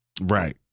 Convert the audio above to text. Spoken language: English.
Right